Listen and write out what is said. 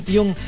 Yung